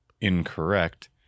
incorrect